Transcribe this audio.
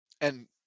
And-